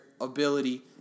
ability